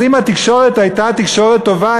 אז אם התקשורת הייתה תקשורת טובה,